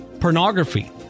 pornography